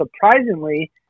Surprisingly